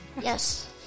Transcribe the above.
Yes